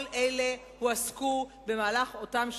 כל אלה הועסקו באותן שנים.